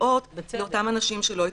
תביעות לאותם אנשים שלא התייצבו,